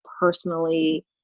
Personally